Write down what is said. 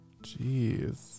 Jeez